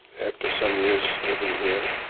after some years living here,